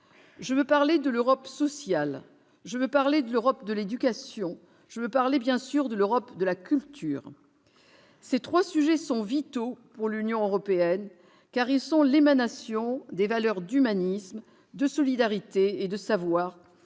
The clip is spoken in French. Je veux parler de l'Europe sociale. Je veux parler de l'Europe de l'éducation. Je veux parler, bien sûr, de l'Europe de la culture. Ces trois sujets sont vitaux pour l'Union européenne, car ils sont l'émanation des valeurs d'humanisme, de solidarité et de savoir,